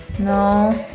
no?